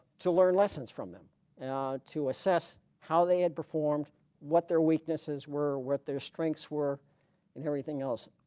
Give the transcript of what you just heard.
to learn lessons from them to assess how they had performed what their weaknesses were what their strengths were and everything else.